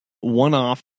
one-off